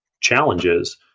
challenges